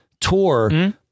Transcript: tour